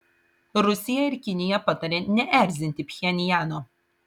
rusija ir kinija pataria neerzinti pchenjano